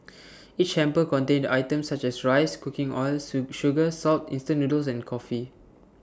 each hamper contained items such as rice cooking oil sugar salt instant noodles and coffee